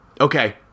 Okay